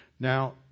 Now